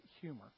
humor